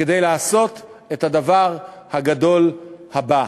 כדי לעשות את הדבר הגדול הבא,